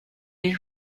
you